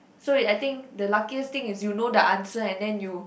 so you I think the luckiest thing is you know the answer and then you